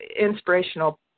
inspirational